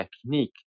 technique